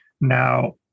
Now